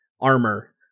armor